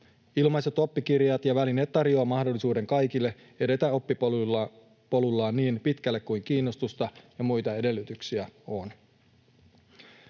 Ilmaiset oppikirjat ja ‑välineet tarjoavat mahdollisuuden kaikille edetä oppipolullaan niin pitkälle kuin kiinnostusta ja muita edellytyksiä on.